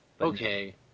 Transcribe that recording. okay